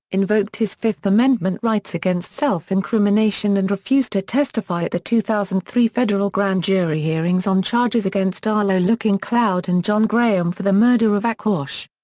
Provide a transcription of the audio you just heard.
invoked his fifth amendment rights against self-incrimination and refused to testify at the two thousand and three federal grand jury hearings on charges against arlo looking cloud and john graham for the murder of aquash.